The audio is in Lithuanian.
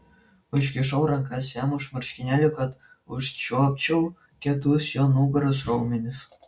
užkišau rankas jam už marškinėlių kad užčiuopčiau kietus jo nugaros raumenis